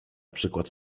przykład